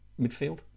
Midfield